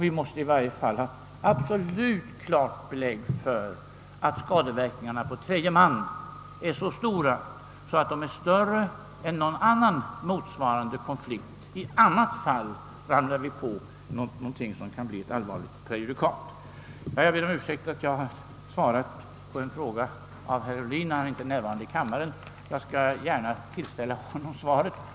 Vi måste i varje fall ha absolut klart belägg för att skadeverkningarna på tredje man är större än vid någon annan motsvarande konflikt. I annat fall skapar vi ett allvarligt prejudikat. Jag ber om ursäkt att jag besvarat en fråga av herr Ohlin då han inte är närvarande i kammaren. Jag skall gärna tillställa honom svaret.